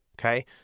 Okay